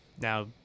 now